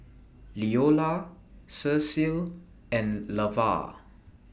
Leola Cecil and Lavar